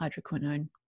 hydroquinone